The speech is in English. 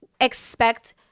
expect